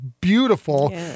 beautiful